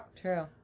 True